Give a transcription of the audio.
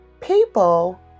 people